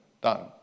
done